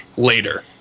later